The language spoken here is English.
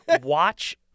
Watch